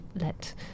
let